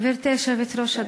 גברתי היושבת-ראש,